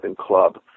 club